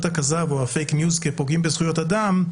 הכזב או ה"פייק ניוז" כפוגעים בזכויות אדם,